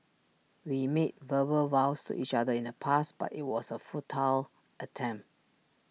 we made verbal vows to each other in the past but IT was A futile attempt